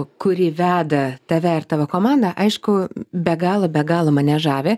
kuri veda tave ir tavo komandą aišku be galo be galo mane žavi